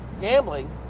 Gambling